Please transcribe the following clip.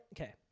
okay